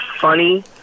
funny